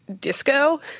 Disco